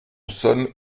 sonne